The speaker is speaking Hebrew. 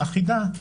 אחידה,